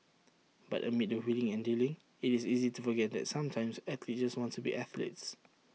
but amid the wheeling and dealing IT is easy to forget that sometimes athletes just want to be athletes